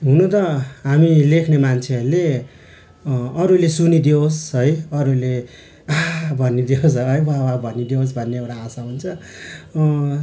हुन त हामी लेख्ने मान्छेहरूले अरूले सुनिदियोस् है अरूले आहा भनिदियोस् है वाह वाह भनिदियोस् भन्ने एउटा आशा हुन्छ